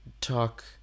talk